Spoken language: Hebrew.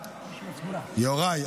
יוראי,